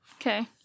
okay